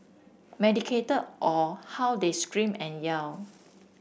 medicated or how they screamed and yell